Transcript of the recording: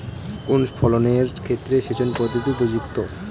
কোন ফসলের ক্ষেত্রে সেচন পদ্ধতি উপযুক্ত?